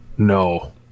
No